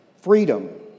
Freedom